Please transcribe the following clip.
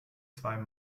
zwei